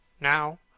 now